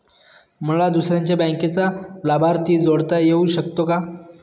मला दुसऱ्या बँकेचा लाभार्थी जोडता येऊ शकतो का?